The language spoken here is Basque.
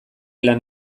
lan